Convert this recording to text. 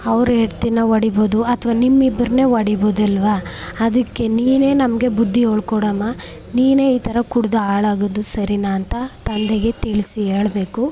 ಅವ್ರ ಹೆಂಡ್ತೀನ ಹೊಡಿಬೋದು ಅಥವಾ ನಿಮ್ಮಿಬ್ರನ್ನೆ ಹೊಡಿಬೋದಲ್ವ ಅದಕ್ಕೆ ನೀನೇ ನಮಗೆ ಬುದ್ದಿ ಹೇಳ್ ಕೊಡಮ್ಮ ನೀನೇ ಈ ಥರ ಕುಡ್ದು ಹಾಳಾಗೋದು ಸರಿನಾ ಅಂತ ತಂದೆಗೆ ತಿಳಿಸಿ ಹೇಳ್ಬೇಕು